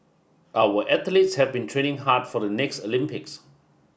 our athletes have been training hard for the next Olympics